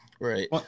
Right